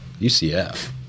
UCF